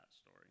story